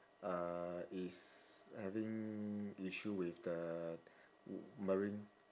uh is having issue with the marine